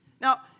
Now